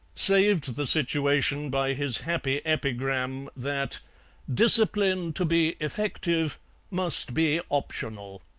saved the situation by his happy epigram, that discipline to be effective must be optional.